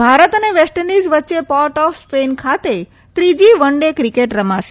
અને ભારત અને West Indies વચ્ચે પોર્ટ ઓફ સ્પેઇન ખાતે ત્રીજી વન ડ ક્રિકેટ રમાશે